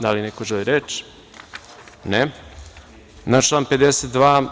Da li neko želi reč? (Ne) Na član 52.